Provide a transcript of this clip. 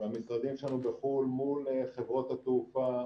והמשרדים שלנו בחו"ל מול חברות התעופה,